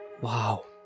wow